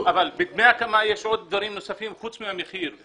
אבל בדמי הקמה יש עוד דברים נוספים חוץ מהמחיר.